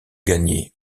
gagné